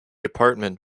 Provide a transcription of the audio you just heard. apartment